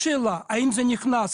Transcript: השאלה האם זה נכנס,